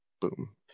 boom